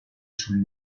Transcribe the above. sul